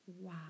wow